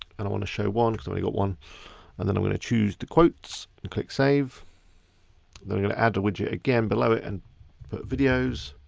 and i wanna show one cause i only got one and then i'm gonna choose the quotes, and click save then we're gonna add the widget again, below it and for videos,